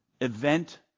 event